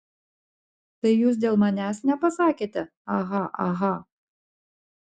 tai jūs dėl manęs nepasakėte aha aha